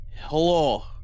Hello